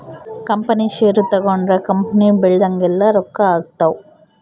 company share ತಗೊಂಡ್ರ company ಬೆಳ್ದಂಗೆಲ್ಲ ರೊಕ್ಕ ಆಗ್ತವ್